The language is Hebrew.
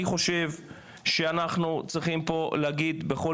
אני חושב שאנחנו צריכים להגיד בקול